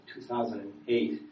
2008